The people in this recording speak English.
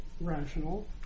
rational